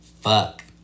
fuck